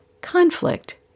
Conflict